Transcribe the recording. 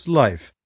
life